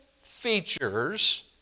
features